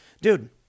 Dude